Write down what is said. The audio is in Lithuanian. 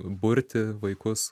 burti vaikus